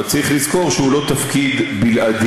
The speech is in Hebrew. אבל צריך לזכור שהוא לא תפקיד בלעדי.